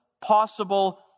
Possible